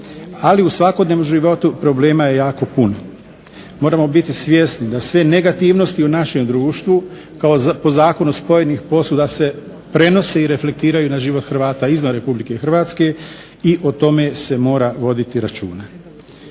ali u svakodnevnom životu problema je jako puno. Moramo biti svjesni da sve negativnosti u našem društvu kao po zakonu spojenih posuda se prenose i reflektiraju na život Hrvata izvan RH i o tome se mora voditi računa.